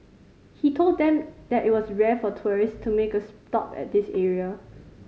he told them that it was rare for tourist to make a stop at this area